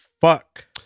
fuck